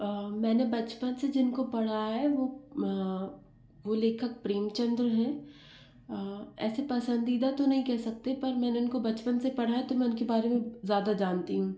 मैंने बचपन से जिनको पढ़ा या वो लेखक प्रेमचंद हैं ऐसे पसंदीदा तो नहीं कह सकते पर मैंने उनको बचपन से पढ़ा है तो मैं उनके बारे में ज़्यादा जानती हूँ